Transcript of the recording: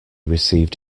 received